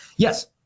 Yes